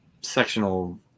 sectional